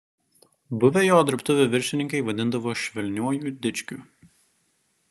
buvę jo dirbtuvių viršininkai vadindavo švelniuoju dičkiu